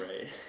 right